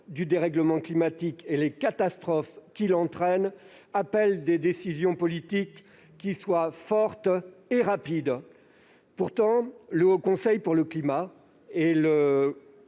du dérèglement climatique et les catastrophes qu'il entraîne appellent des décisions politiques fortes et rapides. Pourtant, comme le Haut Conseil pour le climat et le